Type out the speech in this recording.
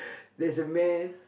there's a man